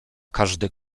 każdy